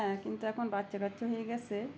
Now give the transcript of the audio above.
হ্যাঁ কিন্তু এখন বাচ্চা কাচ্চা হয়ে গেছে